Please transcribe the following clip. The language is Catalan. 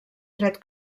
fred